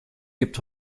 gibt